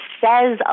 says